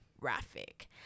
graphic